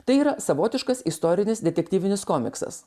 tai yra savotiškas istorinis detektyvinis komiksas